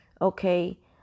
okay